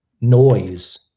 noise